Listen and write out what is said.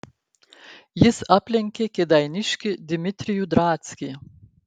jis aplenkė kėdainiškį dimitrijų drackį